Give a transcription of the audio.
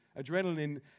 Adrenaline